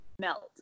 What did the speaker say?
melt